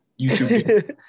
YouTube